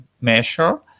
measure